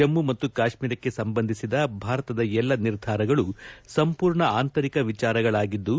ಜಮ್ನು ಮತ್ತು ಕಾಶ್ಮೀರಕ್ಕೆ ಸಂಬಂಧಿಸಿದ ಭಾರತದ ಎಲ್ಲ ನಿರ್ಧಾರಗಳು ಸಂಪೂರ್ಣ ಆಂತರಿಕ ವಿಚಾರಗಳಾಗಿದ್ದು